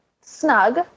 snug